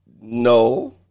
No